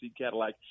Cadillac